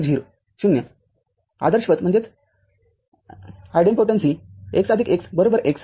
x' 0 आदर्शवत x x x x